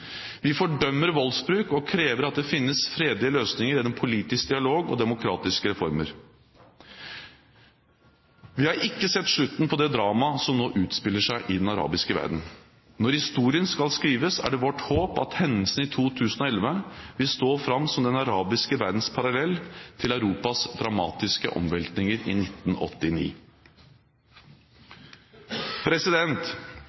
Vi fordømmer voldsbruk og krever at det finnes fredelige løsninger gjennom politisk dialog og demokratiske reformer. Vi har ikke sett slutten på det dramaet som nå utspiller seg i den arabiske verden. Når historien skal skrives, er det vårt håp at hendelsene i 2011 vil stå fram som den arabiske verdens parallell til Europas dramatiske omveltninger i